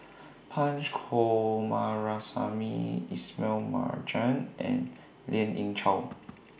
Punch Coomaraswamy Ismail Marjan and Lien Ying Chow